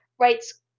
Writes